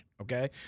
okay